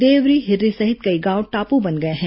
देवरी हिर्री सहित कई गांव टापू बन गए हैं